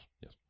Yes